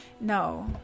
No